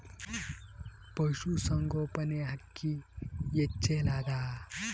ಪಶುಸಂಗೋಪನೆ ಅಕ್ಕಿ ಹೆಚ್ಚೆಲದಾ?